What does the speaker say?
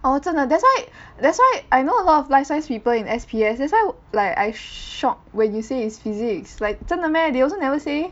orh 真的 that's why that's why I know a lot of life science people in S_P_S that's why like I shock when you say is physics like 真的 meh they also never say